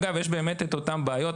אגב, יש את אותן בעיות.